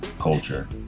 culture